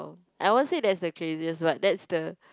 I won't say that's the craziest but that's the